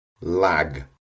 lag